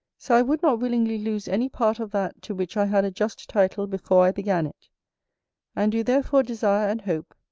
so i would not willingly lose any part of that to which i had a just title before i began it and do therefore desire and hope,